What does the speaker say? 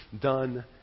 done